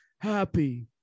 happy